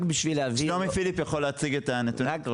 שלומי פיליפ יכול להציג את הנתונים.